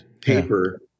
paper